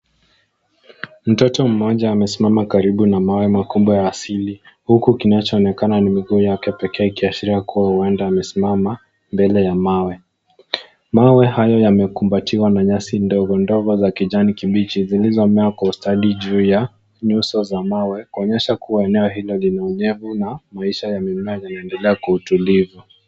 Mtoto mmoja amesimama karibu na mawe makubwa ya asili huku kinachonekana ni miguu yake pekee ikiashiria kuwa huenda amesimama mbele ya mawe. Mawe hayo yamekumbatiwa na nyasi ndogo ndogo za kijani kibichi zilizomea kwa ustadi juu ya nyuso za mawe kuonyesha kuwa eneo hilo lina unyevu na maisha ya mimea yanaendelea kiutulivu.